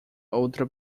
outra